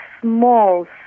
small